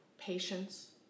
patience